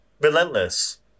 relentless